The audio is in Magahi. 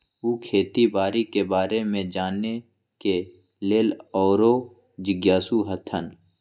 उ खेती बाड़ी के बारे में जाने के लेल आउरो जिज्ञासु हतन